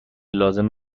لازم